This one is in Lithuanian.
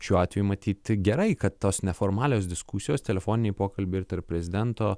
šiuo atveju matyt gerai kad tos neformalios diskusijos telefoniniai pokalbiai ir tarp prezidento